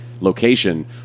location